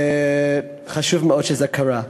וחשוב מאוד שזה קרה.